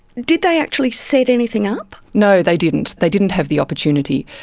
did they actually set anything up? no, they didn't, they didn't have the opportunity.